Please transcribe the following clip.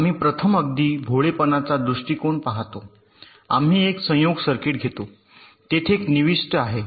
आम्ही प्रथम अगदी भोळेपणाचा दृष्टीकोन पाहतो आम्ही एक संयोग सर्किट घेतो तेथे एन निविष्ट आहेत